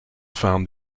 found